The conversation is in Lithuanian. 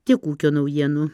tiek ūkio naujienų